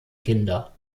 kinder